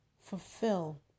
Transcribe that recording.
fulfill